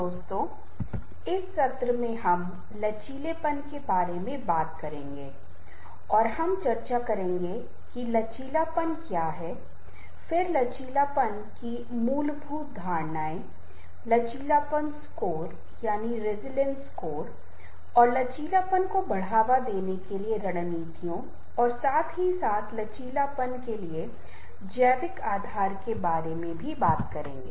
दोस्तों इस सत्र में हम लचीलापन के बारे में बात करेंगे और हम चर्चा करेंगे की लचीलापन क्या है फिर लचीलापन की मूलभूत धारणाए लचीलापन स्कोर और लचीलापन को बढ़ावा देने के लिए रणनीतियों और साथ ही साथ लचीलापन के लिए जैविक आधार के बरेमे करेंगे